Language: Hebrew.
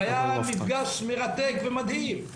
זה היה מפגש מרתק ומדהים.